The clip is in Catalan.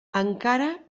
encara